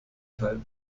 teil